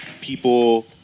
people